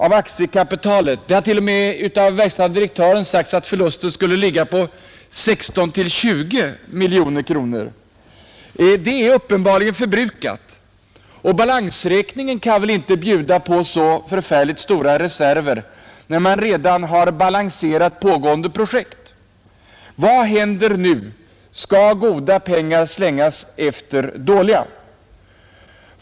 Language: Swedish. Av aktiekapitalet är uppenbarligen 16 miljoner kronor förbrukade — ja, verkställande direktören har t.o.m. sagt att förlusten skulle ligga på 16-20 miljoner kronor. Balansräkningen kan väl inte uppvisa så särskilt stora reserver sedan pågående projekt redan har balanserats. Vad händer nu — skall goda pengar slängas efter dåliga?